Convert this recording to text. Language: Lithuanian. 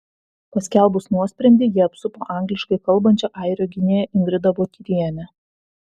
paskelbus nuosprendį jie apsupo angliškai kalbančią airio gynėją ingrida botyrienę